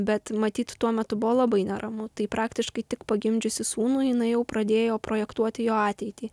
bet matyt tuo metu buvo labai neramu tai praktiškai tik pagimdžiusi sūnų jinai jau pradėjo projektuoti jo ateitį